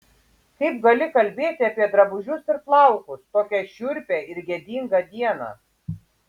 kaip gali kalbėti apie drabužius ir plaukus tokią šiurpią ir gėdingą dieną